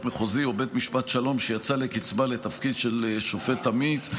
מחוזי או בית משפט שלום שיצא לקצבה לתפקיד של שופט עמית.